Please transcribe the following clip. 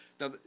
Now